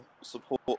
support